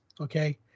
okay